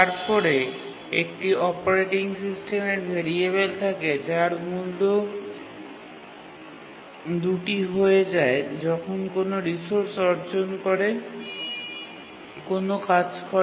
তারপরে একটি অপারেটিং সিস্টেমের ভেরিয়েবল থাকে যার মূল্য দুটি হয়ে যায় যখন কোনও রিসোর্স অর্জন করে কোনও কাজ করে